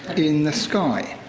in the sky.